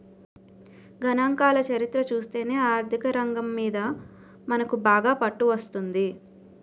గణాంకాల చరిత్ర చూస్తేనే ఆర్థికరంగం మీద మనకు బాగా పట్టు వస్తుంది